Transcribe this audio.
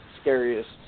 scariest